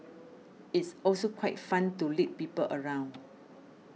it's also quite fun to lead people around